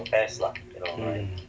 mm